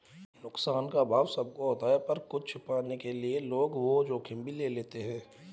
नुकसान का अभाव सब को होता पर कुछ पाने के लिए लोग वो जोखिम भी ले लेते है